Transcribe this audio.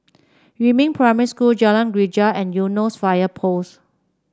Yumin Primary School Jalan Greja and Eunos Fire Post